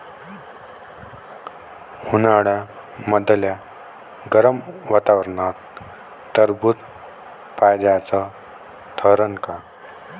उन्हाळ्यामदल्या गरम वातावरनात टरबुज फायद्याचं ठरन का?